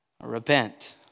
repent